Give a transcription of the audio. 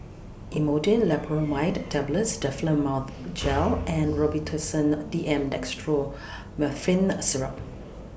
Imodium Loperamide Tablets Difflam Mouth Gel and Robitussin A D M Dextromethorphan A Syrup